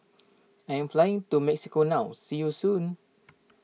I am flying to Mexico now see you soon